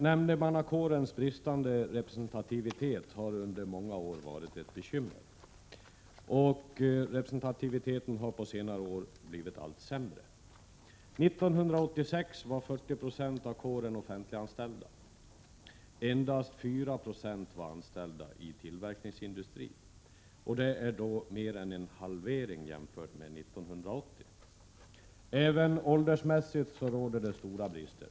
Nämndemannakårens bristande representativitet har under många år emellertid varit ett bekymmer, och den har på senare år blivit allt sämre. År 1986 var 40 96 av kåren offentliganställda. Endast 4 96 av nämndemännen var anställda i tillverkningsindustri, vilket är mer än en halvering jämfört med 1980. Även åldersmässigt råder det stora brister.